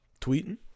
Tweeting